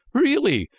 really?